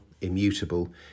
immutable